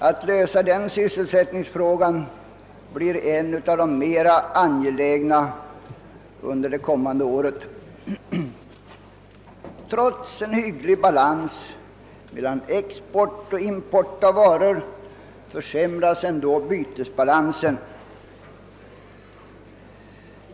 Att lösa den sysselsättningsfrågan blir en av de mera angelägna uppgifterna under det kommande budgetåret. Trots en hygglig balans mellan export och import av varor försämras bytesbalansen.